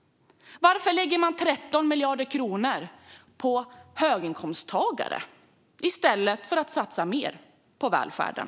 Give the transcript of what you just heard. Varför lägger man 13 miljarder kronor på höginkomsttagare i stället för att satsa mer på välfärden?